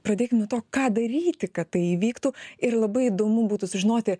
pradėkim nuo to ką daryti kad tai įvyktų ir labai įdomu būtų sužinoti